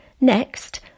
Next